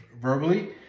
verbally